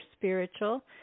spiritual